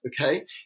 okay